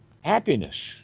happiness